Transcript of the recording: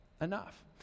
enough